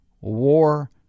War